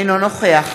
אינו נוכח